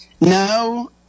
No